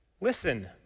Listen